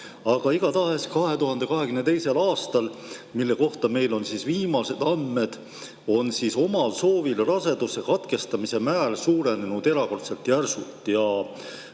Aga igatahes 2022. aastal, mille kohta meil on viimased andmed, on omal soovil raseduse katkestamise määr suurenenud erakordselt järsult.